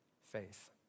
Faith